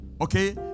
Okay